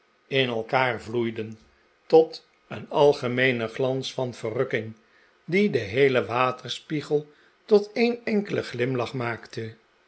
in elkaar vloeiden tot een algemeenen glans van verrukking die den heelen waterspiegel tot een enkelen glimlach maakte